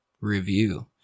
review